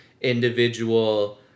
individual